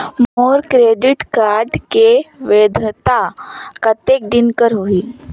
मोर credit card के वैधता कतेक दिन कर होही?